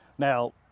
Now